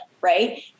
right